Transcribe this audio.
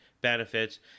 benefits